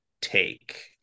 take